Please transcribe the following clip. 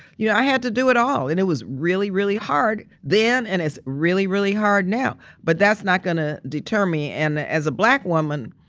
yeah i had to do it all and it was really, really hard then. and it's really, really hard now. but that's not going to deter me. and as a black woman,